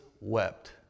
wept